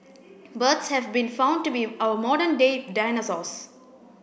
birds have been found to be our modern day dinosaurs